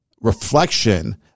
reflection